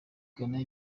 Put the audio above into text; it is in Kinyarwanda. ghana